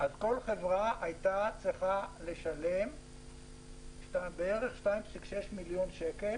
אז כל חברה הייתה צריכה לשלם בערך 2.6 מיליון שקלים